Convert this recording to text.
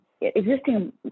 existing